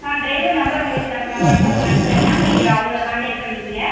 நான் driver number உங்களுக்கு நான் இப்போ நான் வாட்ஸ்அப்பில் அனுப்புறேன் மேம் நீங்கள் அவங்களை கான்டேக்ட் பண்ணிக்கங்க